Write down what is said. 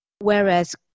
Whereas